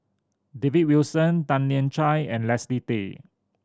David Wilson Tan Lian Chye and Leslie Tay